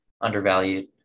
undervalued